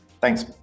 Thanks